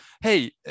hey